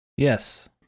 Yes